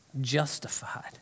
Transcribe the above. Justified